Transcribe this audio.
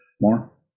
more